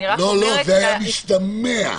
זה היה משתמע.